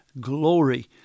glory